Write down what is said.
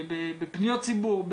בפניות ציבור,